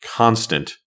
constant